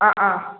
ആ ആ